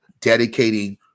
dedicating